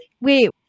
wait